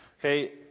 Okay